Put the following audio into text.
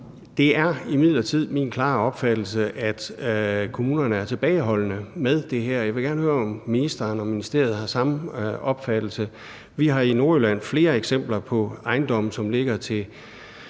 Det er imidlertid min klare opfattelse, at kommunerne er tilbageholdende med det her, og jeg vil gerne høre, om ministeren og ministeriet har den samme opfattelse. Vi har i Nordjylland flere eksempler på ejendomme, som ligger til